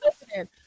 listening